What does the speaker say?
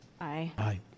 Aye